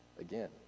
again